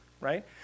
right